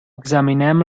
examinem